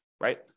right